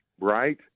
Right